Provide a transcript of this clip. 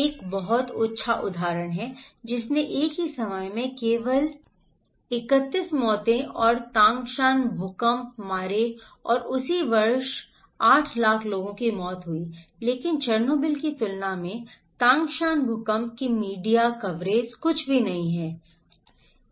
एक बहुत अच्छा उदाहरण जिसने एक ही समय में केवल 31 मौतें और तांगशान भूकंप मारे और उसी वर्ष 800000 लोगों की मौत हुई लेकिन चेरनोबिल की तुलना में तांगशान भूकंप की मीडिया कवरेज कुछ भी नहीं है कुछ भी नहीं था